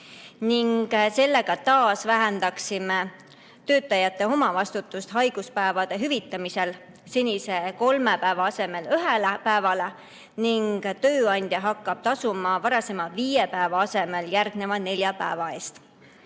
ning sellega taas vähendaksime töötajate omavastutust haiguspäevade hüvitamisel senise kolme päeva asemel ühele päevale ning tööandja hakkab tasuma varasema viie päeva asemel järgneva nelja päeva